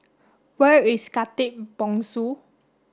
where is Khatib Bongsu